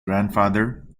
grandfather